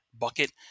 bucket